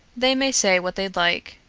they may say what they like.